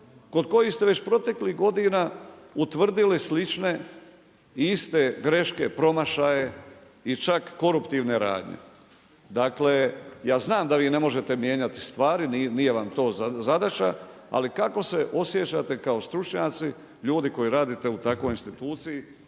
kod kojih ste već proteklih godina utvrdili slične i iste greške promašaje i čak koruptivne radnje? Dakle, ja znam da vi ne možete mijenjati stvari, nije vam to zadaća, ali kako se osjećate kao stručnjaci ljudi koji radite u takvoj instituciji,